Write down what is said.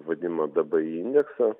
vadimą dbi indeksą